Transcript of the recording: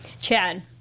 Chad